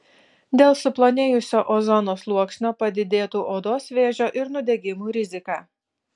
dėl suplonėjusio ozono sluoksnio padidėtų odos vėžio ir nudegimų rizika